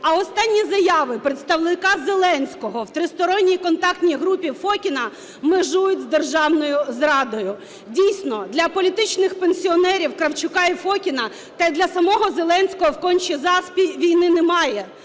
а останні заяви представника Зеленського в Тристоронній контактній групі Фокіна межують з державною зрадою. Дійсно, для "політичних пенсіонерів" – Кравчука і Фокіна та й для самого Зеленського в Конча-Заспі війни немає,